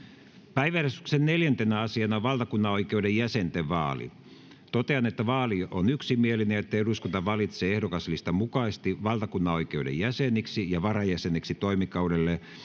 päiväjärjestyksen neljäntenä asiana on valtakunnanoikeuden jäsenten vaali totean että vaali on yksimielinen ja että eduskunta valitsee ehdokaslistan mukaisesti valtakunnanoikeuden jäseniksi ja varajäseniksi toimikaudelle